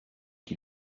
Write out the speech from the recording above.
qui